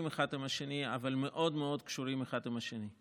אחד לשני אבל מאוד מאוד קשורים האחד עם השני.